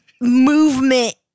movement